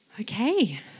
Okay